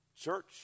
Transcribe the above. Church